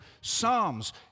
psalms